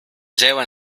lleva